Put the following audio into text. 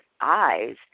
eyes